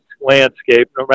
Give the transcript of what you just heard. landscape